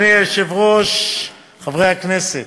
אני כבר בנושא הבא,